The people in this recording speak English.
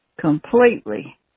completely